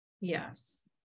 Yes